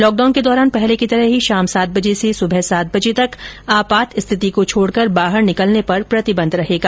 lockdown के दौरान पहले की तरह ही शाम सात बजे से सुबह सात बजे तक आपात स्थिति को छोडकर बाहर निकलने पर प्रतिबंध रहेगा